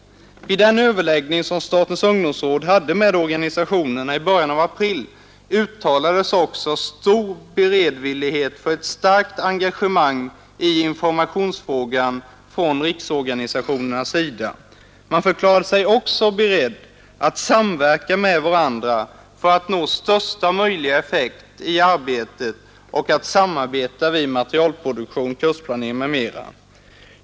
Vid den överläggning som Statens Ungdomsråd hade med organisationerna i början av april uttalades också stor beredvillighet för ett starkt engagemang i informationsfrågan från riksorganisationernas sida. Man förklarade sig också beredd att samverka med varandra för att nå största möjliga effekt i arbetet och att samarbeta vid materialproduktion, kursplanering m.m.